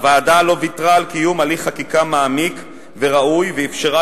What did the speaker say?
הוועדה לא ויתרה על קיום הליך חקיקה מעמיק וראוי ואפשרה